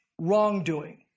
wrongdoing